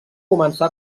començà